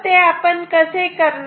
तर ते आपण कसे करणार